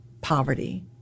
poverty